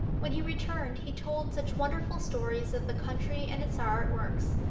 when he returned he told such wonderful stories of the country and its art works,